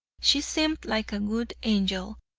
she seemed like a good angel,